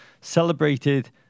celebrated